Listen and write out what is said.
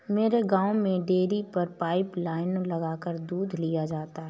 मेरे गांव में डेरी पर पाइप लाइने लगाकर दूध लिया जाता है